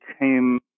came